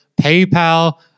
PayPal